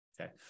Okay